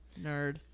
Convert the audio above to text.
Nerd